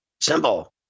simple